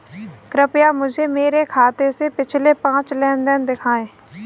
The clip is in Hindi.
कृपया मुझे मेरे खाते से पिछले पाँच लेन देन दिखाएं